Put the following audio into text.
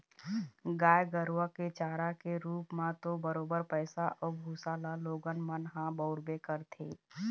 गाय गरुवा के चारा के रुप म तो बरोबर पैरा अउ भुसा ल लोगन मन ह बउरबे करथे